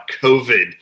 COVID